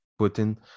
Putin